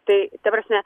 tai ta prasme